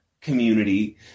community